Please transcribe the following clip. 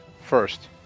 First